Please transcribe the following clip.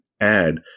add